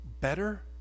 Better